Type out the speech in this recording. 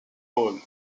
bowl